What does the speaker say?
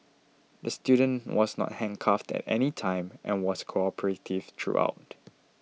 the student was not handcuffed at any time and was cooperative throughout